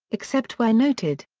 except where noted.